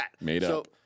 Made-up